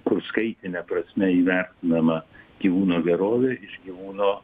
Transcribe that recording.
proskaitine prasme įvertinama gyvūno gerovė iš gyvūno